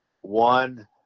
one